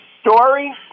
story